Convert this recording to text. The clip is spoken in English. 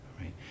right